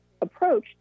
approach